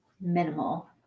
minimal